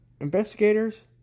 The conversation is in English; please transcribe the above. Investigators